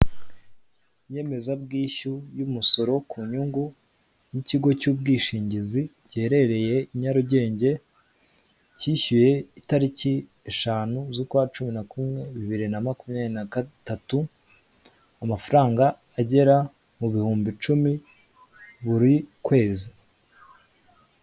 Inyemeza bwishyu y'umusoro ku nyungu y'ikigo cy'ubwishingizi giherereye i Nyarugenge kishyuye itariki eshanu z'ukwacu na kumwe bibiri na makumyabiri na gatatu amafaranga agera mu bihumbi icumi buri kwezi.